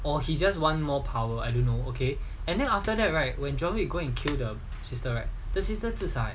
or he just want more power I don't know okay and then after that right when john wick go and kill the sister right the sister 自杀 eh